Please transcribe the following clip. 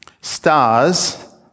stars